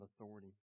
authority